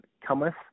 cometh